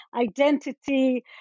identity